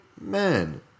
men